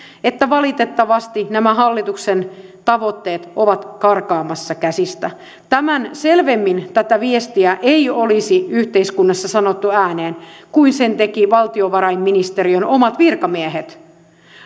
että nämä hallituksen tavoitteet ovat karkaamassa käsistä tämän selvemmin tätä viestiä ei olisi yhteiskunnassa sanottu ääneen kuin sen tekivät valtiovarainministeriön omat virkamiehet